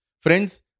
Friends